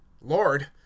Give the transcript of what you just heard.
Lord